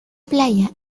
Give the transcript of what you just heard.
playa